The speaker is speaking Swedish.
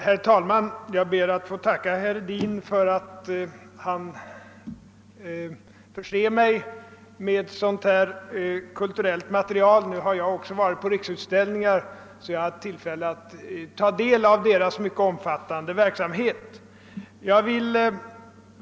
Herr talman! Jag tackar herr Hedin för att han förser mig med kulturellt material av detta slag. Jag har dock själv varit på Riksutställningar och har därför haft tillfälle att ta del av den mycket omfattande verksamhet som där bedrives.